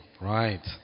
right